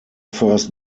first